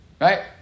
right